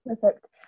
perfect